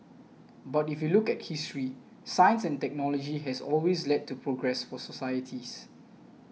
but if you look at history science and technology has always led to progress for societies